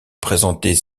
présentait